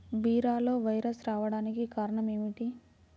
బీరలో వైరస్ రావడానికి కారణం ఏమిటి?